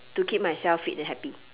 to keep myself fit and happy